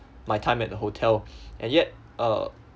my time at the hotel and yet uh